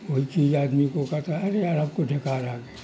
وہی چیز آدمی کو کہتا ہے ارے یار ہم کو ڈھکار آ گیا